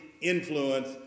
influence